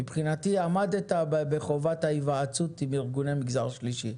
מבחינתי עמדת בחובת ההיוועצות עם ארגוני מגזר שלישי.